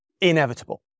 inevitable